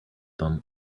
them